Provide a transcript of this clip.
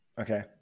Okay